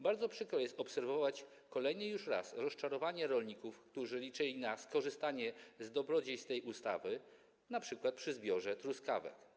Bardzo przykro jest obserwować kolejny już raz rozczarowanie rolników, którzy liczyli na skorzystanie z dobrodziejstw tej ustawy np. przy zbiorze truskawek.